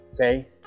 okay